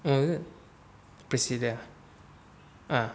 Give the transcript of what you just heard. mm is it procedure ah